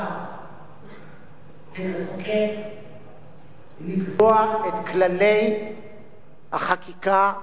כמחוקק לקבוע את כללי החקיקה ודירוגם במדינת ישראל.